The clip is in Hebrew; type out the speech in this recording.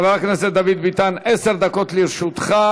חבר הכנסת דוד ביטן, עשר דקות לרשותך.